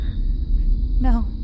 No